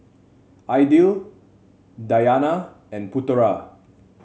Aidil Dayana and Putera